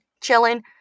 chilling